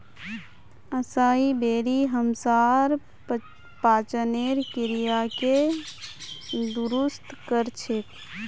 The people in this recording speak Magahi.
असाई बेरी हमसार पाचनेर क्रियाके दुरुस्त कर छेक